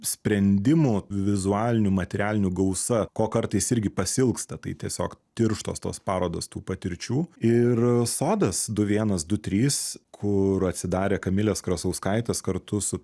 sprendimų vizualinių materialinių gausa ko kartais irgi pasiilgsta tai tiesiog tirštos tos parodos tų patirčių ir sodas du vienas du trys kur atsidarė kamilės krasauskaitės kartu su